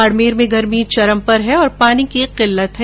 बाड़मेर में भी गर्मी चरम पर है और पानी की किल्लत है